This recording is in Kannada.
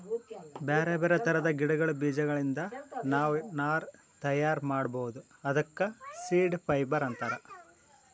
ಬ್ಯಾರೆ ಬ್ಯಾರೆ ಥರದ್ ಗಿಡಗಳ್ ಬೀಜದಿಂದ್ ನಾವ್ ನಾರ್ ತಯಾರ್ ಮಾಡ್ಬಹುದ್ ಅದಕ್ಕ ಸೀಡ್ ಫೈಬರ್ ಅಂತಾರ್